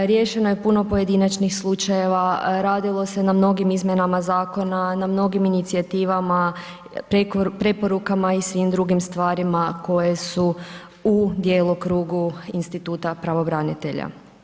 Riješeno je puno pojedinačnih slučajeva, radilo se na mnogim izmjenama zakona, na mnogim inicijativama, preporukama i svim drugim stvarima koje su u djelokrugu instituta pravobranitelja.